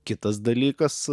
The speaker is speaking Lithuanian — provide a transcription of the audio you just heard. kitas dalykas